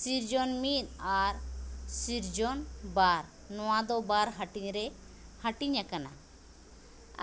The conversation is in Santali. ᱥᱤᱨᱡᱚᱱ ᱢᱤᱫ ᱟᱨ ᱥᱤᱨᱡᱚᱱ ᱵᱟᱨ ᱱᱚᱣᱟ ᱫᱚ ᱵᱟᱨ ᱦᱟᱹᱴᱤᱧ ᱨᱮ ᱦᱟᱹᱴᱤᱧ ᱟᱠᱟᱱᱟ